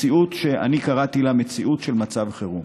מציאות שאני קראתי לה "מציאות של מצב חירום".